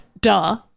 Duh